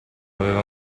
aveva